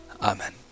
amen